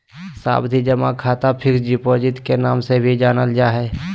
सावधि जमा खाता फिक्स्ड डिपॉजिट के नाम से भी जानल जा हय